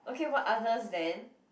okay [what] others then